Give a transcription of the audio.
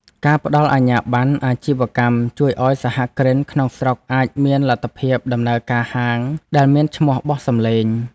ការផ្តល់អាជ្ញាប័ណ្ណអាជីវកម្មជួយឱ្យសហគ្រិនក្នុងស្រុកអាចមានលទ្ធភាពដំណើរការហាងដែលមានឈ្មោះបោះសម្លេង។